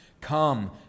Come